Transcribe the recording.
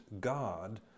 God